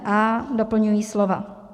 a) doplňují slova: